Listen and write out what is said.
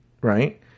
Right